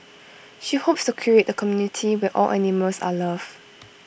she hopes to create A community where all animals are loved